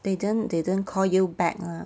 they didn't they didn't call you back lah